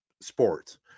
sports